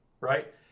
right